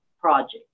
project